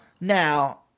Now